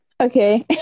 Okay